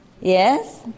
yes